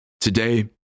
Today